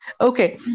Okay